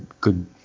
good